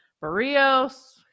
Barrios